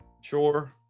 Sure